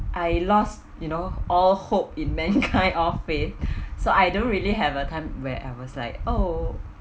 I lost you know all hope in mankind or faith so I don't really have a time where I was like oh